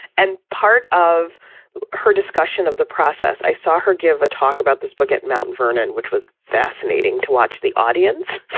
and part of her discussion of the process, i saw her give a talk about this book at mt. vernon, which was fascinating to watch the audience.